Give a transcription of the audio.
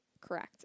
Correct